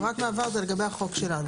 הוראת מעבר היא לגבי החוק שלנו.